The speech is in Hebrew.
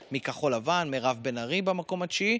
להחזיר להן קצת על מה שהם עשו במשך שנים.